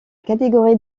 catégorie